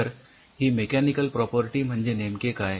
तर ही mechanical property म्हणजे नेमके काय